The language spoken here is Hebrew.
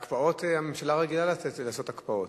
הקפאות, הממשלה רגילה לעשות הקפאות.